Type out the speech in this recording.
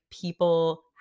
people